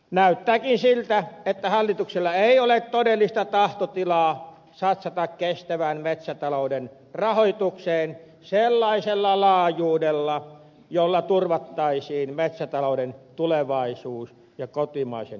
näyttääkin siltä että hallituksella ei ole todellista tahtotilaa satsata kestävän metsätalouden rahoitukseen sellaisella laajuudella jolla turvattaisiin metsätalouden tulevaisuus ja kotimaisen puun saanti